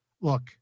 look